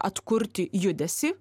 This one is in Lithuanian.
atkurti judesį